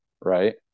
Right